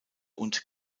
und